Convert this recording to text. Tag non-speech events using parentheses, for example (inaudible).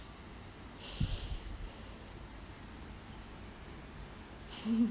(breath) (laughs)